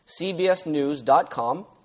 cbsnews.com